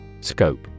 Scope